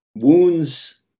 wounds